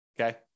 Okay